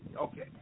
Okay